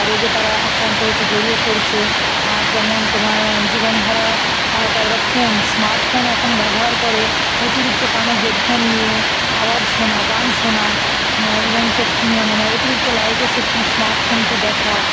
রোগে তারা আক্রান্ত হচ্ছে জড়িয়ে পড়ছে যেমন তোমার জীবনধারা তাদের ফোন স্মার্টফোন এখন ব্যবহার করে অতিরিক্ত কানে হেডফোন নিয়ে আওয়াজ শোনা গান শোনা এবং চোখ মানে অতিরিক্ত লাইটে সে স্মার্টফোনকে দেখা